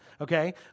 Okay